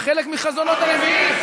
זה חלק מחזון הנביאים.